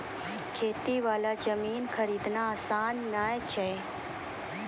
खेती वाला जमीन खरीदना आसान नय छै